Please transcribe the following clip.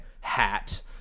hat